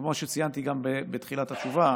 וכמו שציינתי גם בתחילת התשובה,